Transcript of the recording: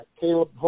Caleb